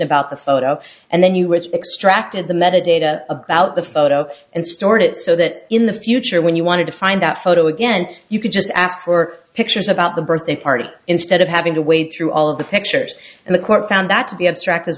about the photo and then you were extracted the metadata about the photo and stored it so that in the future when you wanted to find that photo again you could just ask for pictures about the birthday party instead of having to wade through all of the pictures and the court found that to be a